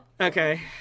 Okay